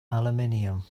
aluminium